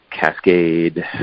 Cascade –